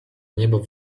niebo